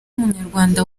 umunyarwanda